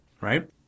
right